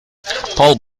paul